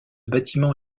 bâtiment